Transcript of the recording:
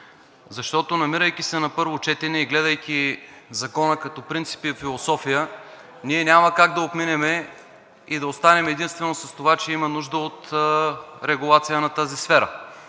Защото, намирайки се на първо четене и гледайки Закона като принцип и философия, ние няма как да отменяме и да останем единствено с това, че има нужда от регулация на тази сфера.